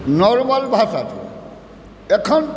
normal भाषा छै एखन